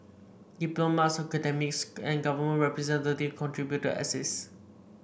diplomats academics and government representative contributed essays